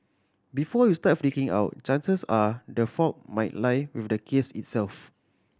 before you start freaking out chances are the fault might lie with the case itself